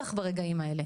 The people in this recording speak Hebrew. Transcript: בטח ברגעים האלה.